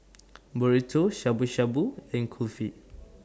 Burrito Shabu Shabu and Kulfi